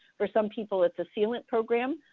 for some people it's a sealant program,